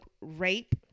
rape